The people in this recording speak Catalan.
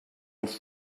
els